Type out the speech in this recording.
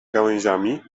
gałęziami